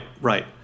right